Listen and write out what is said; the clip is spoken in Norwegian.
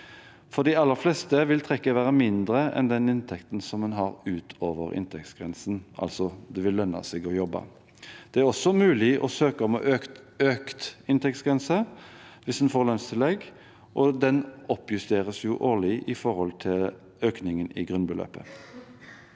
For de aller fleste vil trekket være mindre enn den inntekten som en har utover inntektsgrensen. Det vil altså lønne seg å jobbe. Det er også mulig å søke om økt inntektsgrense hvis en får lønnstillegg, og den oppjusteres årlig i forhold til økningen i grunnbeløpet.